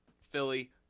Philly